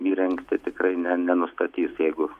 įrengti tikrai ne nenustatys jeigu